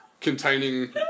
containing